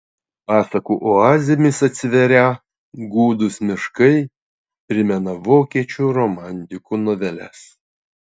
pasakų oazėmis atsiverią gūdūs miškai primena vokiečių romantikų noveles